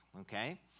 okay